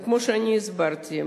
כמו שהסברתי,